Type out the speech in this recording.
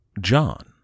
John